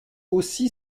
aussi